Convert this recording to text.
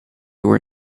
were